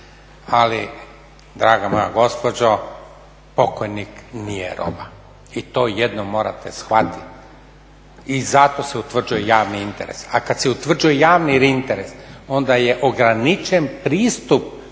Ali draga moja gospođo pokojnik nije roba i to jednom morate shvatiti. I zato se utvrđuje javni interes. A kad se utvrđuje javni interes onda je ograničen pristup